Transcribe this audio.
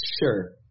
Sure